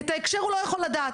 ואת ההקשר הוא לא יכול לדעת.